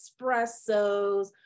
espressos